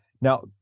Now